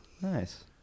Nice